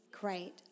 great